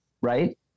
Right